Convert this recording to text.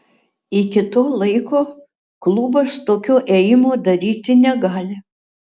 iki to laiko klubas tokio ėjimo daryti negali